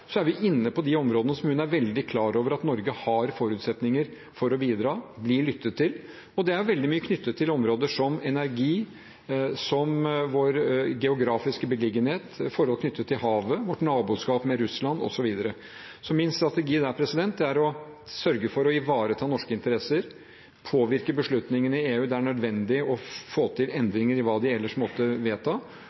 vi inne på de områdene der hun er veldig klar over at Norge har forutsetninger for å bidra, blir lyttet til, og det er veldig mye knyttet til områder som energi, vår geografiske beliggenhet, forhold knyttet til havet, vårt naboskap med Russland osv. Så min strategi er å sørge for å ivareta norske interesser og påvirke beslutningene i EU der det er nødvendig å få til endringer i hva de ellers måtte vedta,